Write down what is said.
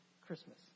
Christmas